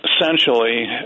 essentially